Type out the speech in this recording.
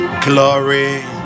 glory